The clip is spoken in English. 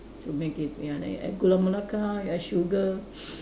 to make it ya then you add gula Melaka you add sugar